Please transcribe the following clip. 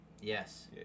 Yes